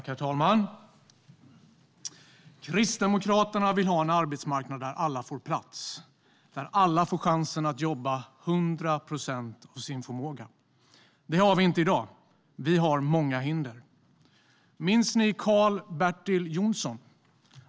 Herr talman! Kristdemokraterna vill ha en arbetsmarknad där alla får plats och där alla får chansen att jobba till hundra procent av sin förmåga. Det har vi inte i dag. Vi har många hinder. Minns ni Karl Bertil Jonsson?